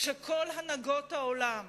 כשכל הנהגות העולם